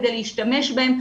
גם להשתמש בהם,